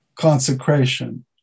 consecration